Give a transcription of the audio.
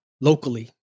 locally